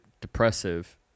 depressive